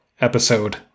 episode